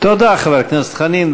תודה, חבר הכנסת חנין.